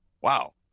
wow